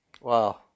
Wow